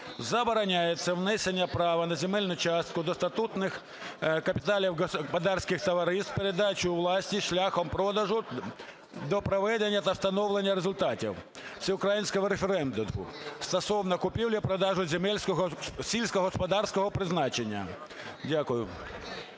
"Забороняється внесення права на земельну частку до статутних капіталів господарських товариств, передачу у власність шляхом продажу до проведення та встановлення результатів всеукраїнського референдуму, стосовно купівлі-продажу земель сільськогосподарського призначення". Дякую.